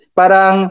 parang